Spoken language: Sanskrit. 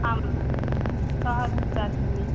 आं श्वः दास्यामि